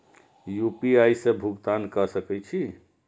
UPI से भुगतान क सके छी?